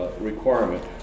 requirement